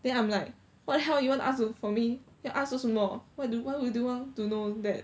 then I'm like what the hell you want to ask for me you want to ask 做什么 why what why do you want to know that